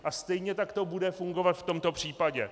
A stejně tak to bude fungovat v tomto případě.